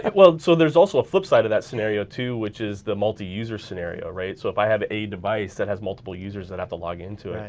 well, so there's also a flip side of that scenario too which is the multi-user scenario, right? so if i have a device that has multiple users that have to log into it.